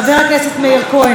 חבר הכנסת מאיר כהן,